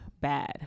bad